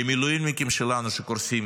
למילואימניקים שלנו שקורסים